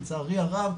באמת לצערי הרב,